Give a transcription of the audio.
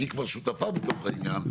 כי היא כבר שותפה בכל העניין.